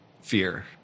fear